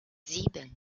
sieben